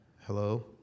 Hello